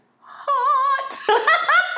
hot